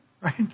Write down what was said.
right